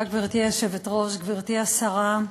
גברתי היושבת-ראש, תודה, גברתי השרה,